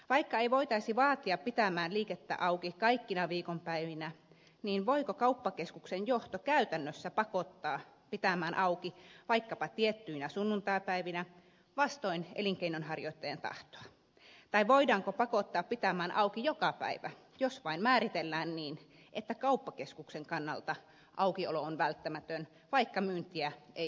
vaikka ei voitaisi vaatia pitämään liikettä auki kaikkina viikonpäivinä niin voiko kauppakeskuksen johto käytännössä pakottaa pitämään auki vaikkapa tiettyinä sunnuntaipäivinä vastoin elinkeinonharjoittajan tahtoa tai voidaanko pakottaa pitämään auki joka päivä jos vain määritellään niin että kauppakeskuksen kannalta aukiolo on välttämätön vaikka myyntiä ei olisikaan